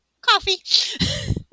Coffee